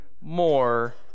more